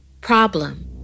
Problem